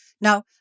Now